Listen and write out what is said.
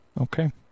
Okay